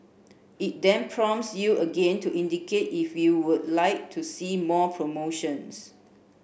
it then prompts you again to indicate if you would like to see more promotions